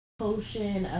potion